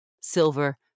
silver